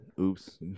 Oops